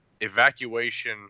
Evacuation